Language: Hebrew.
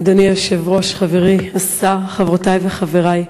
אדוני היושב-ראש, חברי השר, חברותי וחברי,